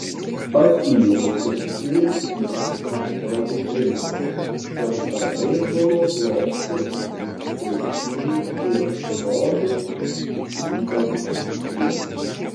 patyrusiu žvilgsniu naršiau vitriną kol tarp beisbolo blokštų pirštinių ir rogių išvydau jį